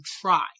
try